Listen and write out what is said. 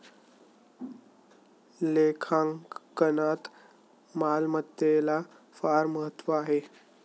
लेखांकनात मालमत्तेला फार महत्त्व आहे